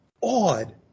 awed